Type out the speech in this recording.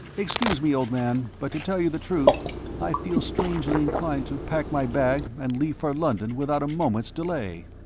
excuse me, old man, but to tell you the truth i feel strangely inclined to pack my bag and leave for london without a moment's delay.